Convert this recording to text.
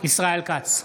ישראל כץ,